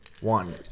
one